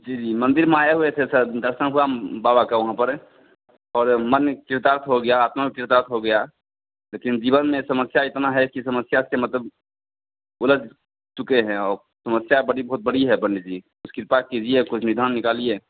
जी जी मंदिर में आये हुए थे सर दर्शन हुआ बाबा का वहाँ पर और मन कृतार्थ हो गया आत्मा कृतार्थ हो गया लेकिन जीवन में समस्या इतना है कि समस्या से मतलब उलझ चुके हैं और समस्या बड़ी बहुत बड़ी है पंडित जी कृपया कीजिए कुछ निदान निकालिए